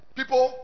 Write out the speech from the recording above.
people